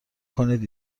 کنید